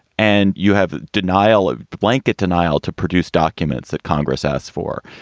and you have denial of blanket denial to produce documents that congress asked for.